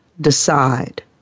decide